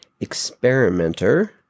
Experimenter